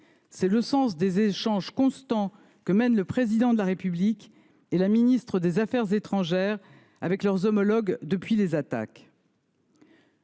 c’est le sens des échanges constants que mènent le Président de la République et la ministre de l’Europe et des affaires étrangères avec leurs homologues depuis les attaques.